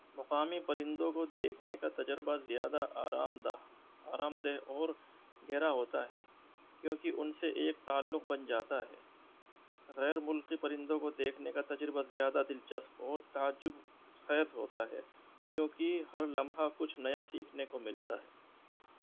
مقامی پرندوں کو دیکھنے کا تجربہ زیادہ آرام دہ آرام دہ اور گہرا ہوتا ہے کیونکہ ان سے ایک تعلق بن جاتا ہے غیر ملکی پرندوں کو دیکھنے کا تجربہ زیادہ دلچسپ اور تعجب خیز ہوتا ہے کیونکہ ہر لمحہ کچھ نیا سیکھنے کو ملتا ہے